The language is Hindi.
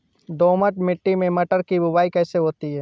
दोमट मिट्टी में मटर की बुवाई कैसे होती है?